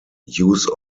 use